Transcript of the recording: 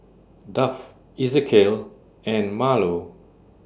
Duff Ezequiel and Marlo